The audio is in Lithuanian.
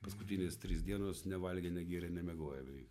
paskutinės trys dienos nevalgė negėrė nemiegojo beveik